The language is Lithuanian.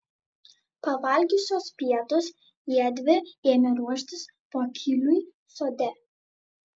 pavalgiusios pietus jiedvi ėmė ruoštis pokyliui sode